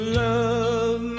love